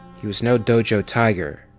he was no dojo tiger,